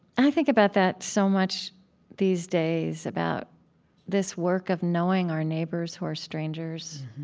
i think about that so much these days, about this work of knowing our neighbors who are strangers,